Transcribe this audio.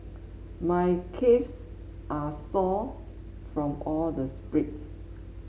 my calves are sore from all the sprints